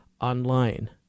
online